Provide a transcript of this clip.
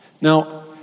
Now